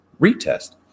retest